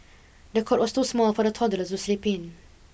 the cot was too small for the toddler to sleep in